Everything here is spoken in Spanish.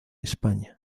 españa